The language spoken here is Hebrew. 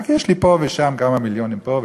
רק יש לי פה ושם כמה מיליונים פה,